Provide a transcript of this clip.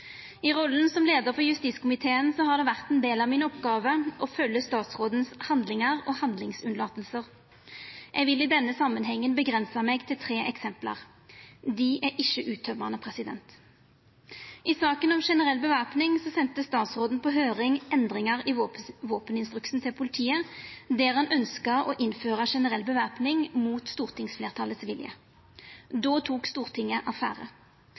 I rolla som leiar for justiskomiteen har det vore ein del av mi oppgåve å følgja statsrådens handlingar og handlingsforsømmingar. Eg vil i denne samanhengen avgrensa meg til tre eksempel. Dei er ikkje uttømmande. I saka om generell væpning sende statsråden på høyring endringar i våpeninstruksen til politiet der han ønskte å innføra generell væpning – mot stortingsfleirtalets vilje. Då tok Stortinget affære.